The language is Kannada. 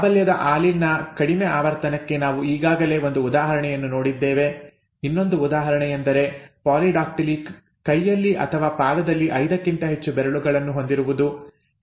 ಪ್ರಾಬಲ್ಯದ ಆಲೀಲ್ ನ ಕಡಿಮೆ ಆವರ್ತನಕ್ಕೆ ನಾವು ಈಗಾಗಲೇ ಒಂದು ಉದಾಹರಣೆಯನ್ನು ನೋಡಿದ್ದೇವೆ ಇನ್ನೊಂದು ಉದಾಹರಣೆಯೆಂದರೆ ಪಾಲಿಡಾಕ್ಟಿಲಿ ಕೈಯಲ್ಲಿ ಅಥವಾ ಪಾದದಲ್ಲಿ 5ಕ್ಕಿಂತ ಹೆಚ್ಚು ಬೆರಳುಗಳನ್ನು ಹೊಂದಿರುವುದು